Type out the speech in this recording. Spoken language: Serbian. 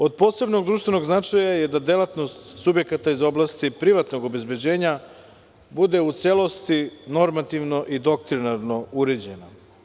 Od posebnog društvenog značaja je da delatnost subjekata iz oblasti privatnog obezbeđenja bude u celosti normativno i doktrinarno uređena.